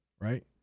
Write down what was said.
right